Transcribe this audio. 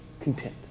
content